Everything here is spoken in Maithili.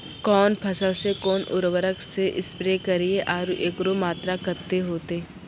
कौन फसल मे कोन उर्वरक से स्प्रे करिये आरु एकरो मात्रा कत्ते होते?